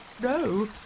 No